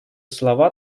слова